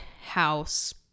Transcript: house